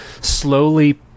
slowly